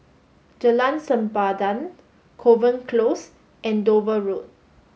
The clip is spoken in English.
Jalan Sempadan Kovan Close and Dover Road